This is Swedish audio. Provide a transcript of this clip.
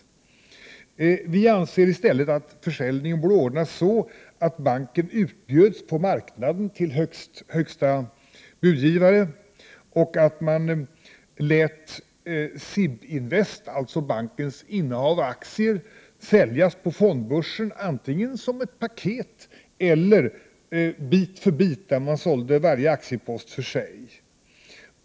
Vi anser i stället att försäljningen borde ordnas så att banken bjuds ut på marknaden och säljs till högsta budgivare samt att man lät SIB-Invest, alltså bankens innehav av aktier, försäljas på fondbörsen, antingen som ett paket eller bit för bit, varje aktiepost för sig.